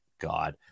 God